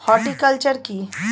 Horticulture কি?